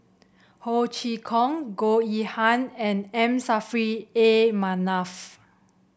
Ho Chee Kong Goh Yihan and M Saffri A Manaf